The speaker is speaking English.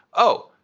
oh,